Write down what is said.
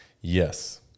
Yes